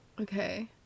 Okay